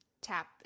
tap